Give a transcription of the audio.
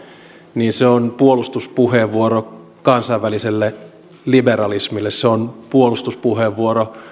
niin se on puolustuspuheenvuoro kansainväliselle liberalismille se on puolustuspuheenvuoro